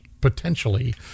potentially